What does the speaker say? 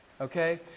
Okay